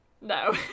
No